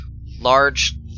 large